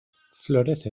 florece